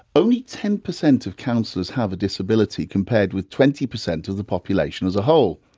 only ten percent of counsellors have a disability compared with twenty percent of the population as a whole.